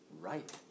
right